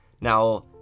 Now